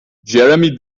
jeremy